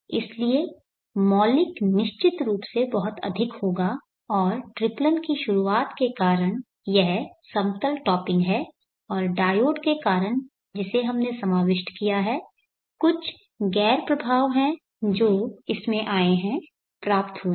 इसलिए मौलिक निश्चित रूप से बहुत अधिक होगा और ट्रिप्लन की शुरुआत के कारण यह समतल टॉपिंग है और डायोड के कारण जिसे हमने समाविष्ट किया है कुछ गैर प्रभाव हैं जो इसमें आये हैं प्राप्त हुए हैं